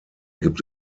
gibt